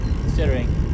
considering